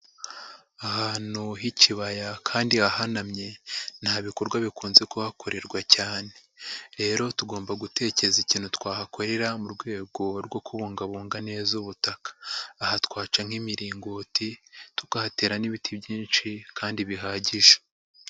Ahantu h'ikibaya kandi hahanamye nta bikorwa bikunze kuhakorerwa cyane rero tugomba gutekereza ikintu twahakorera mu rwego rwo kubungabunga neza ubutaka. Aha twaca nk'imiringoti, tukahatera n'ibiti byinshi kandi bihagije.